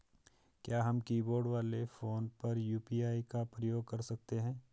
क्या हम कीबोर्ड वाले फोन पर यु.पी.आई का प्रयोग कर सकते हैं?